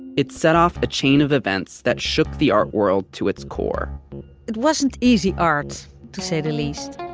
it set off a chain of events that shook the art world to its core it wasn't easy art, to say the least